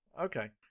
Okay